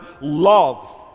love